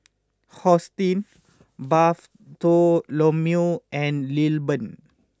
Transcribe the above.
Hosteen Bartholomew and Lilburn